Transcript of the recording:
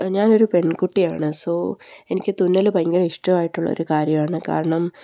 ഞാനൊരു പെൺകുട്ടിയാണ് സോ എനിക്ക് തുന്നല് ഭയങ്കരം ഇഷ്ടമായിട്ടുള്ളൊരു കാര്യമാണ് കാരണം